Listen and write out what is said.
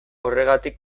horregatik